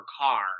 car